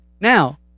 Now